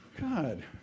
God